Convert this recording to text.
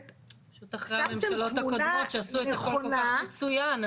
פשוט אחרי הממשלות הקודמות שעשו את הכול כל כך מצוין,